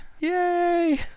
Yay